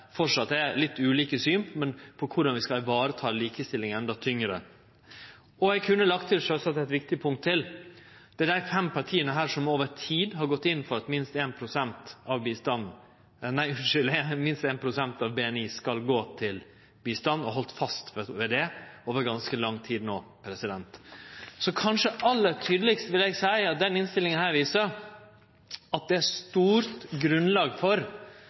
er litt ulike syn på korleis ein skal vareta likestilling endå tyngre. Og eg kunne sjølvsagt ha lagt til eit viktig punkt til: Det er desse fem partia som over tid har gått inn for at minst 1 pst. av BNI skal gå til bistand, og har halde fast ved det over ganske lang tid no. Så kanskje aller tydelegast, vil eg seie, viser denne innstillinga at det er stort grunnlag for